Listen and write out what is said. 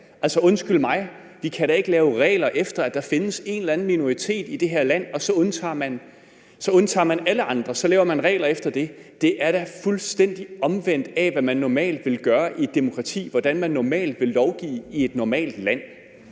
land. Undskyld mig, vi kan da ikke lave regler efter, at der findes en eller anden minoritet i det her land, hvor man så undtager alle andre. Så laver man regler efter det. Det er da fuldstændig omvendt af, hvad man normalt ville gøre i et demokrati, altså hvordan man normalt ville lovgive i et normalt land.